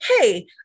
hey